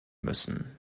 müssen